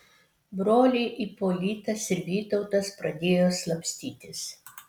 broliai ipolitas ir vytautas pradėjo slapstytis